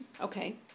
Okay